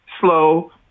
slow